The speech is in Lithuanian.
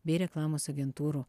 bei reklamos agentūrų